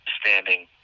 standing